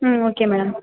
ம் okay madam